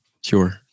Sure